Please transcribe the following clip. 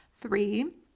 Three